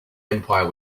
empire